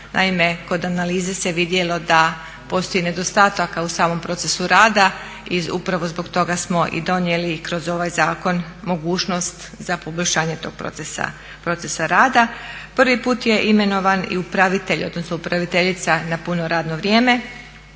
naime kod analize se vidjelo da postoji nedostatak u samom procesu rada i upravo zbog toga smo i donijeli kroz ovaj zakon mogućnost za poboljšanje tog procesa rada. Prvi put je imenovan i upravitelj, odnosno upraviteljica na puno radno vrijeme